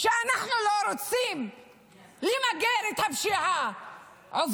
תוציאו אותה בבקשה מהאולם.